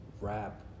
rap